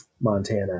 Montana